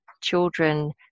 children